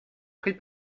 pris